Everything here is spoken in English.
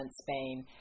Spain